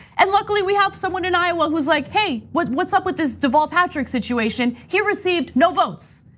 and luckily we have someone in iowa who is like, hey, what's what's up with this deval patrick situation? he received no votes.